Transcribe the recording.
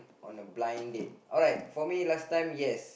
on a blind date alright for me last time yes